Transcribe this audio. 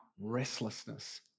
restlessness